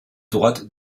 droite